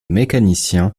mécanicien